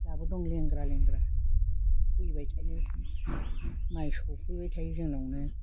दाबो दं लेंग्रा लेंग्रा फैबाय थायो माइ सौफैबाय थायो जोंनावनो